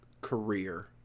career